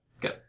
Good